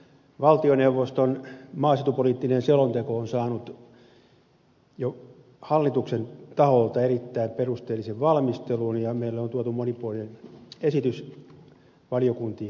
valtioneuvoston maaseutupoliittinen selonteko on saanut jo hallituksen taholta erittäin perusteellisen valmistelun ja meille on tuotu monipuolinen esitys valiokuntiin käsiteltäväksi